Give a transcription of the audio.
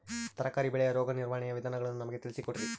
ತರಕಾರಿ ಬೆಳೆಯ ರೋಗ ನಿರ್ವಹಣೆಯ ವಿಧಾನಗಳನ್ನು ನಮಗೆ ತಿಳಿಸಿ ಕೊಡ್ರಿ?